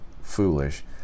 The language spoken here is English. foolish